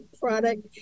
product